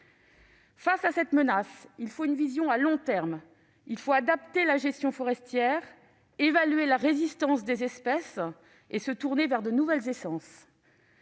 Face à cette menace, il faut une vision à long terme. Il importe d'adapter la gestion forestière, d'évaluer la résistance des espèces et de se tourner vers de nouvelles essences.